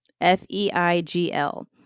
F-E-I-G-L